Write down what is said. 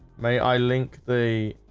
may i link the?